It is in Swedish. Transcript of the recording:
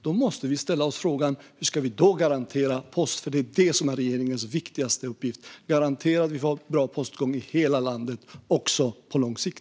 Då måste vi ställa oss frågan hur vi då ska garantera posten, för det är detta som är regeringens viktigaste uppgift: Att garantera att vi har bra postgång i hela landet, också på lång sikt.